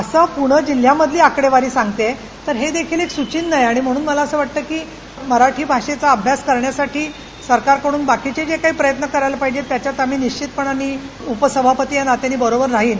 असं पृणे जिल्ह्यामधली आकडेवारी सांगते तर हे देखिल एक सुचिन्ह आहे आणि म्हणून मला असं वाटत की मराठी भाषेचा आभ्यास करण्यासाठी सरकारकडून बाकीचे जे काही प्रयत्न करायला पाहिजेत त्याच्यात आम्ही निश्चितपणाने उपसभापती या नात्याने बरोबर राहीन